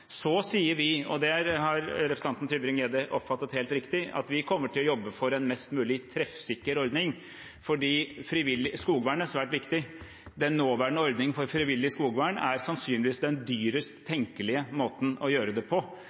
Så sier vi, og det har representanten Tybring-Gjedde oppfattet helt riktig, at vi kommer til å jobbe for en mest mulig treffsikker ordning fordi skogvern er svært viktig. Den nåværende ordningen for frivillig skogvern er sannsynligvis den dyrest tenkelige måten å gjøre det på.